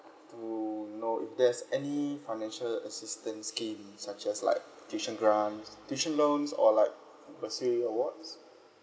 to know if there's any financial assistance scheme such as like tuition grants tuition loans or like bursary awards